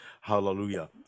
Hallelujah